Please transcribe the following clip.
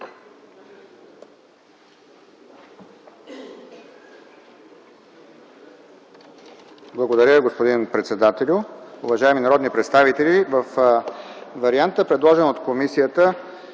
Благодаря, господин председателю. Уважаеми народни представители, във варианта, предложен от комисията,